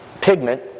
pigment